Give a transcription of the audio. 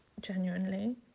Genuinely